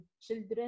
children